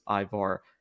ivar